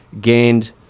Gained